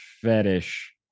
fetish